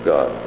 God